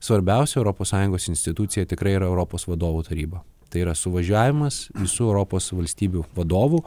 svarbiausia europos sąjungos institucija tikrai yra europos vadovų taryba tai yra suvažiavimas visų europos valstybių vadovų